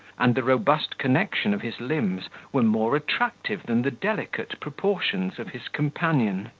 and the robust connection of his limbs, were more attractive than the delicate proportions of his companion.